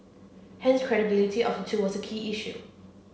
hence credibility of the two was a key issue